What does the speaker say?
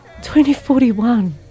2041